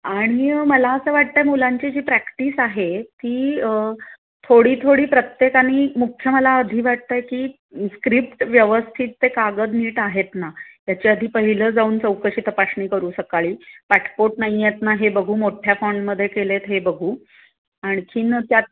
आणि मला असं वाटतं आहे मुलांची जी प्रॅक्टिस आहे ती थोडी थोडी प्रत्येकाने मुख्य मला आधी वाटतं आहे की स्क्रिप्ट व्यवस्थित ते कागद नीट आहेत ना याच्या आधी पहिलं जाऊन चौकशी तपासणी करू सकाळी पाठपोट नाही आहेत ना हे बघू मोठ्या फॉनमध्ये केले आहेत हे बघू आणखीन त्यात